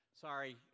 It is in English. Sorry